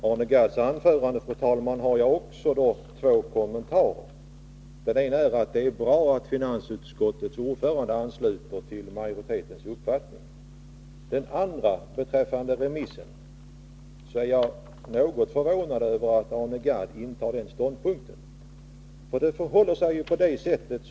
Fru talman! Till Arne Gadds anförande har jag två kommentarer. Den ena är att det är bra att finansutskottets ordförande ansluter sig till majoritetens uppfattning. Den andra är att jag är något förvånad över att Arne Gadd intar den ståndpunkten beträffande remissen.